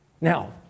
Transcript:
Now